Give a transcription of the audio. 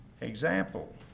Example